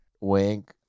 wink